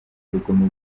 urugomo